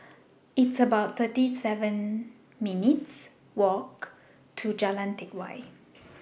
It's about thirty seven minutes' Walk to Jalan Teck Whye